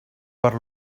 per